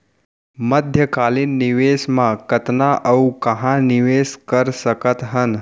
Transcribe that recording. मध्यकालीन निवेश म कतना अऊ कहाँ निवेश कर सकत हन?